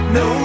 no